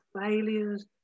failures